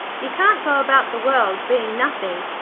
you can't go about the world being nothing,